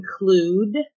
include